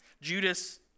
Judas